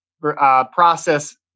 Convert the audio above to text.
process